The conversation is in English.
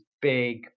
big